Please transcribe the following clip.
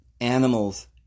animals